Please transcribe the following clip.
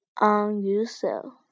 unusual